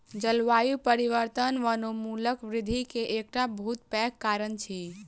जलवायु परिवर्तन वनोन्मूलन वृद्धि के एकटा बहुत पैघ कारण अछि